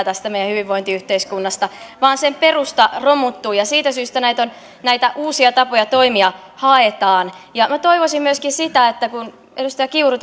tästä meidän hyvinvointiyhteiskunnasta vaan sen perusta romuttuu siitä syystä näitä uusia tapoja toimia haetaan ja minä toivoisin myöskin sitä kun edustaja kiuru